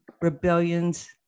rebellions